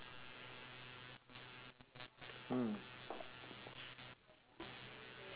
mm